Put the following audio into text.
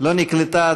לא נקלטה ההצבעה שלי.